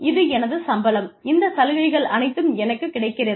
இது எனது சம்பளம் இந்த சலுகைகள் அனைத்தும் எனக்கு கிடைக்கிறது